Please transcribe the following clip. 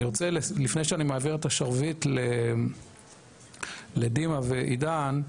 לפני שאני מעביר את השרביט לדימא ולעידן,